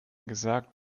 gesagt